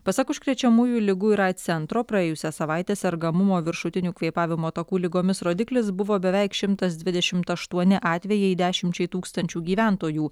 pasak užkrečiamųjų ligų ir aids centro praėjusią savaitę sergamumo viršutinių kvėpavimo takų ligomis rodiklis buvo beveik šimtas dvidešimt aštuoni atvejai dešimčiai tūkstančių gyventojų